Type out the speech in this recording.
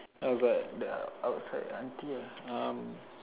no but the outside auntie ah um